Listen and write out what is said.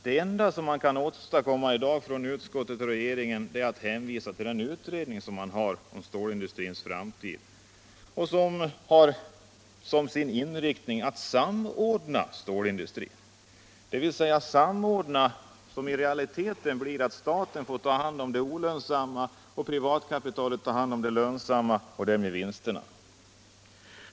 Det enda utskottet och regeringen kan åstadkomma i dag är att hänvisa till den pågående utredningen om stålindustrins framtid, som har som sin inriktning att samordna stålindustrin; dvs. en samordning som i realiteten betyder att staten får ta hand om det olönsamma och privatkapitalet tar hand om det lönsamma och därmed vinsterna.